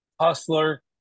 hustler